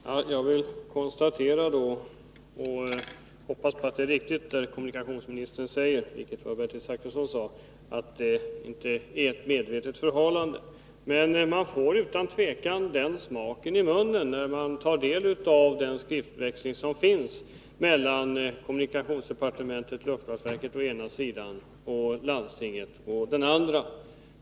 Herr talman! Jag vill liksom Bertil Zachrisson konstatera att kommunikationsministern sagt att regeringen inte medvetet skall förhala det hela — och jag hoppas att det är riktigt. Men man får utan tvekan den smaken i munnen när man tar del av den skriftväxling som ägt rum mellan kommunikationsdepartementet och luftfartsverket, å ena sidan, och landstinget, å andra sidan.